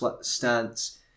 stance